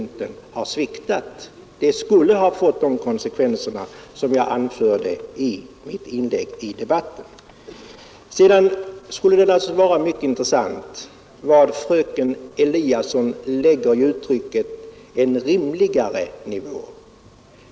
Ett bifall till motionen skulle ha fått de konsekvenser som jag anförde i mitt inlägg i debatten. Sedan skulle det vara mycket intressant att veta vad fröken Eliasson lägger i uttrycket ”en rimligare nivå”.